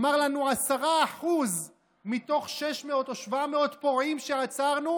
אמר לנו: 10% מתוך 600 או 700 פורעים שעצרנו,